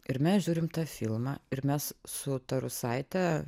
ir mes žiūrim tą filmą ir mes su ta rusaite